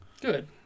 Good